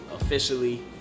officially